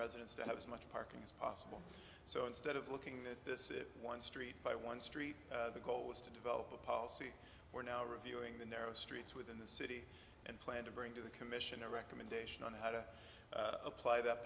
residents to have as much parking as possible so instead of looking at this if one street by one street the goal was to develop a policy we're now reviewing the narrow streets within the city and plan to bring to the commission a recommendation on how to apply that